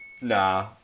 Nah